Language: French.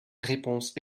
réponses